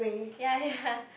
ya ya